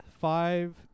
five